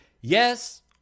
yes